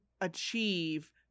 achieve